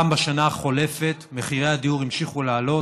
גם בשנה החולפת מחירי הדיור המשיכו לעלות,